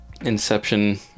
inception